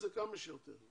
את זה כמה שיותר.